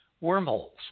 wormholes